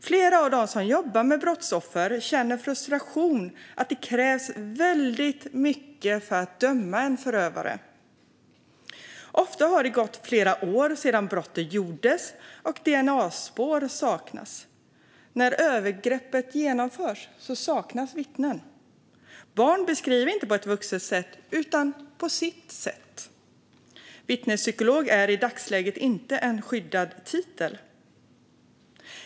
Flera av dem som jobbar med brottsoffren känner frustration över att det krävs väldigt mycket för att döma en förövare. Ofta har det gått flera år sedan brotten gjordes. DNA-spår saknas, och det finns inga vittnen till övergreppen. Barn beskriver inte på ett vuxet sätt utan på sitt sätt. Vittnespsykolog är i dagsläget inte en skyddad titel.